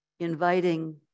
inviting